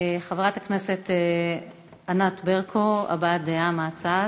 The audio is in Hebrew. חברת הכנסת ענת ברקו, הבעת דעה מצד.